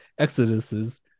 exoduses